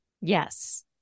Yes